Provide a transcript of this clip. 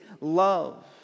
love